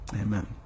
Amen